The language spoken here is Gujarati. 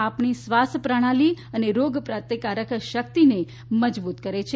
આ આપણી શ્વાસ પ્રણાલી અને રોગ પ્રતિકારક શક્તિને મજબૂત કરે છે